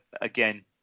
again